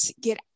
get